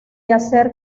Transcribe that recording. hacer